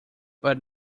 but